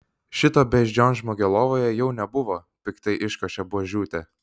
šito beždžionžmogio lovoje jau nebuvo piktai iškošė buožiūtė